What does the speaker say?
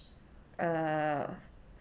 err